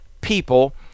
people